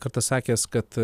kartą sakęs kad